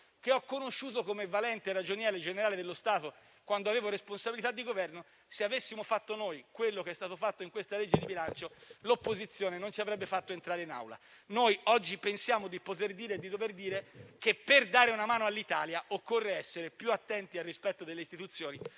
che ho conosciuto come valente Ragioniere generale dello Stato quando avevo responsabilità di Governo. Se avessimo fatto noi quello che è stato fatto con questo disegno di legge di bilancio, l'opposizione non ci avrebbe fatto entrare in Aula. Noi oggi pensiamo di poter e dover dire che per dare una mano all'Italia occorre essere più attenti al rispetto delle istituzioni